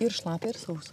ir šlapią ir sausą